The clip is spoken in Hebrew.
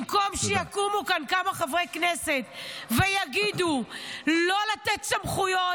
במקום שיקומו כאן כמה חברי כנסת ויגידו לא לתת סמכויות,